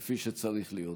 כפי שצריך להיות.